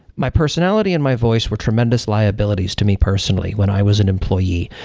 my personality and my voice were tremendous liabilities to me personally when i was an employee.